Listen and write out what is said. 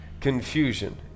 confusion